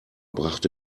brachte